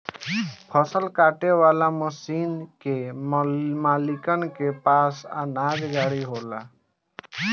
फसल काटे वाला मशीन के मालिकन के पास ही अनाज गाड़ी होला